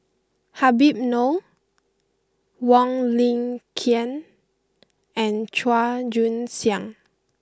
Habib Noh Wong Lin Ken and Chua Joon Siang